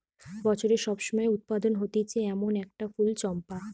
বছরের সব সময় উৎপাদন হতিছে এমন একটা ফুল চম্পা